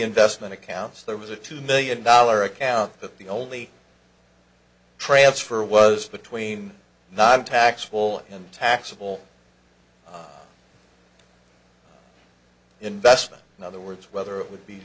investment accounts there was a two million dollar account that the only transfer was between not taxable and taxable investment in other words whether it would be